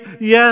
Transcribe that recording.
Yes